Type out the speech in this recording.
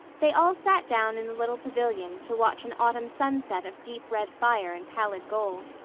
they all sat down in the little pavilion to watch an autumn sunset of deep red fire and pallid gold.